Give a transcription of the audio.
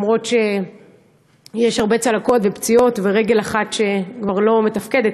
למרות שיש הרבה צלקות ופציעות ורגל אחת כבר לא מתפקדת,